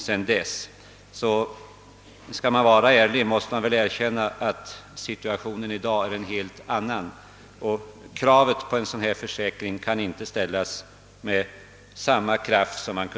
Skall man vara ärlig måste man därför erkänna att situationen i dag är en helt annan än 1956, och kravet på en sådan här försäkring kan inte längre resas med samma kraft som tidigare.